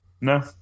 No